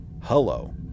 Hello